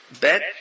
Bet